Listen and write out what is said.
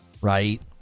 Right